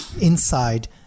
inside